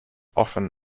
often